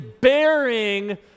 bearing